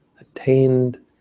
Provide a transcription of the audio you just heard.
attained